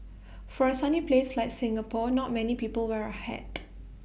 for A sunny place like Singapore not many people wear A hat